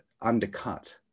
undercut